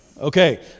Okay